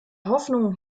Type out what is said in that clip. hoffnungen